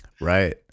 right